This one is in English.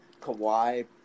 Kawhi